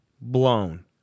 Blown